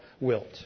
wilt